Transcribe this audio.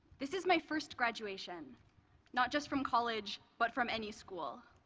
this is my first graduation not just from college, but from any school.